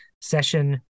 session